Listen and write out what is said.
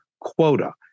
quota